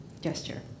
gesture